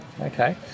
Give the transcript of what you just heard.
okay